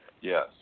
Yes